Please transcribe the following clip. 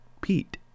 Pete